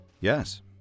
Yes